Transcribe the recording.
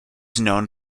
known